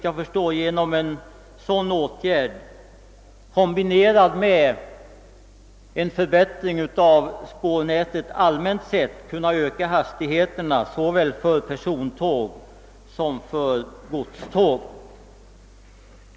Genom en sådan åtgärd, kombinerad med en förbättring av spårnätet allmänt sett, skulle man även kunna öka hastigheterna såväl för persontåg som för godståg.